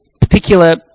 particular